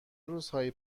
روزهایی